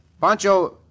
Pancho